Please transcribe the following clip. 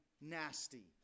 nasty